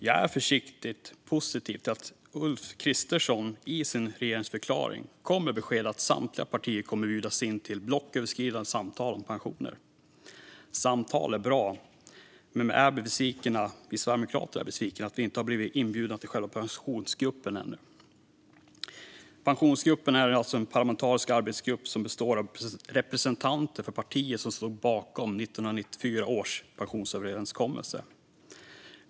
Jag är försiktigt positiv till att Ulf Kristersson i sin regeringsförklaring kom med besked om att samtliga partier kommer att bjudas in till blocköverskridande samtal om pensioner. Samtal är bra, men vi sverigedemokrater är besvikna över att vi inte har blivit inbjudna till Pensionsgruppen än. Pensionsgruppen är alltså en parlamentarisk arbetsgrupp som består av representanter för partiet som står bakom 1994 års pensionsöverenskommelse.